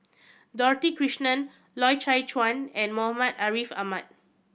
Dorothy Krishnan Loy Chye Chuan and Muhammad Ariff Ahmad